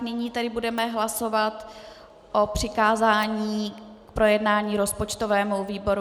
Nyní tedy budeme hlasovat o přikázání k projednání rozpočtovému výboru.